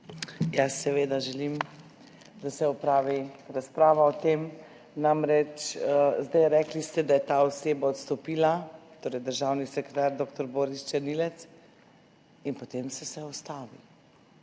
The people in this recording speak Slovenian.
Ja, seveda želim, da se opravi razprava o tem. Rekli ste namreč, da je ta oseba odstopila, torej državni sekretar dr. Boris Černilec, in potem se je vse